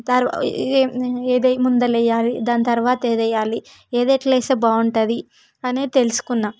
తరువాత ఏది ముందర వేయాలి దాని తరువాత ఏది వేయాలి ఏది ఎలా వేస్తే బాగుంటుంది అనేది తెలుసుకున్నాను